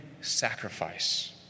sacrifice